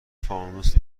فانوس